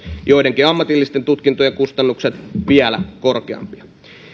joidenkin ammatillisten tutkintojen kustannukset vielä korkeampia